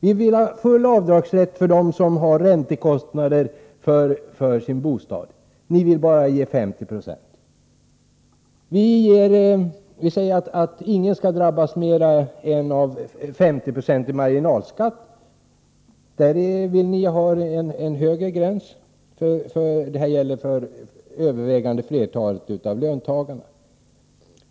Vi vill ha full avdragsrätt för dem som har räntekostnader för sin bostad. Ni vill bara medge avdrag med 50 96. Vi säger att ingen skall drabbas av mer än 50 96 i marginalskatt. Där vill ni ha en högre gräns. Det här gäller för det övervägande flertalet av löntagarna.